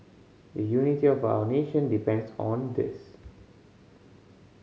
the unity of our nation depends on this